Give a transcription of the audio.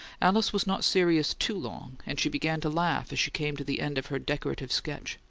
alice was not serious too long, and she began to laugh as she came to the end of her decorative sketch.